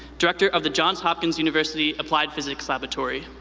director of the johns hopkins university applied physics laboratory.